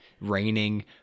raining